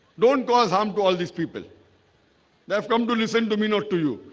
don't cause harm to all these people they have come to listen to me. not to you.